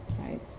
right